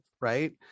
right